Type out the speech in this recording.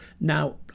Now